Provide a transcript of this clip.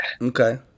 Okay